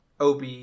OB